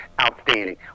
Outstanding